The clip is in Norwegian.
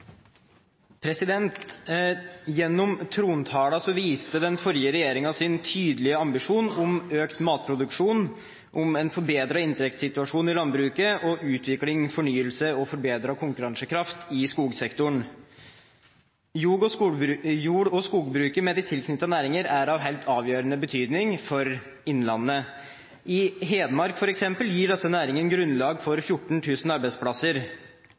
Gjennom trontalen viste den forrige regjeringen sin tydelige ambisjon om økt matproduksjon, om en forbedret inntektssituasjon i landbruket og om utvikling, fornyelse og forbedret konkurransekraft i skogsektoren. Jord- og skogbruket med de tilknyttede næringer er av helt avgjørende betydning for innlandet. I Hedmark, f.eks., gir disse næringene grunnlag for 14 000 arbeidsplasser.